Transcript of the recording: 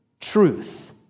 truth